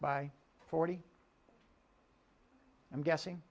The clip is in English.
by forty i'm guessing